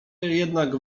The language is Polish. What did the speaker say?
jednak